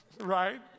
right